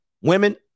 women